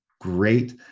great